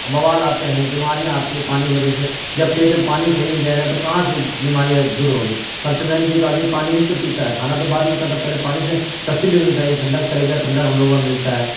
بوال آتے ہیں بیماریاں آتی ہیں پانی کی وجہ سے جب پیٹ میں پانی صحیح نہیں جائے گا تو کہاں سے بیماریاں دور ہوگی سب سے مین چیز تو آدمی پانی ہی تو پیتا ہے کھانا تو بعد میں کھاتا پہلے پانی سے تسلی ہونی چاہیے ٹھنڈک کلیجہ ٹھنڈک ہم لوگوں کا ملتا ہے